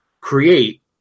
create